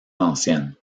ancienne